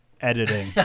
editing